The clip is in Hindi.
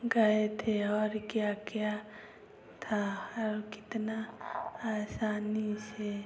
गए थे और क्या क्या था और कितना आसानी से